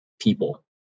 people